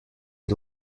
les